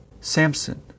Samson